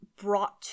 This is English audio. brought